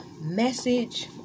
Message